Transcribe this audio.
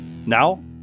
now